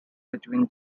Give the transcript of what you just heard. between